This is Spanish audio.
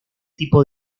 tipo